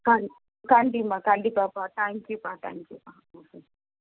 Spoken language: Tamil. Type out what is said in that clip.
கண் கண்டிம்மா கண்டிப்பாகப்பா தேங்க் கியூப்பா தேங்க் கியூப்பா ஓகே